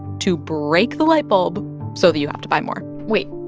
to break the light bulb so that you have to buy more wait,